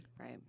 Right